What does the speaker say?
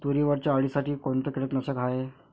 तुरीवरच्या अळीसाठी कोनतं कीटकनाशक हाये?